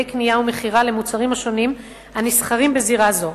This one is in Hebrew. קנייה ומכירה למוצרים השונים הנסחרים בזירה זו.